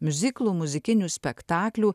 miuziklų muzikinių spektaklių